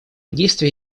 действия